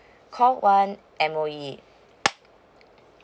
call one M_O_E